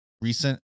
recent